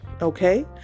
Okay